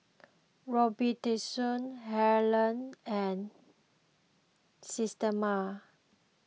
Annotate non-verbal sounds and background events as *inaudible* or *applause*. *noise* Robitussin Helen and Systema